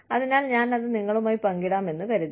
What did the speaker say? അതിനാൽ ഞാൻ അത് നിങ്ങളുമായി പങ്കിടാമെന്ന് കരുതി